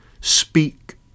Speak